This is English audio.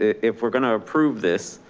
if we're going to approve this,